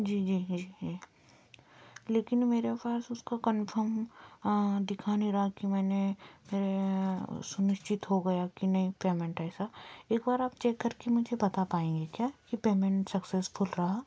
जी जी है है लेकिन मेरे पास उसका कन्फर्म दिखा नहीं रहा की मैंने सुनिश्चित हो गया की नहीं पेमेंट पैसा एक बार आप मुझे चेक करके मुझे बता पाएंगे क्या की पेमेंट सक्सेसफुल रहा